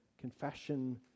confession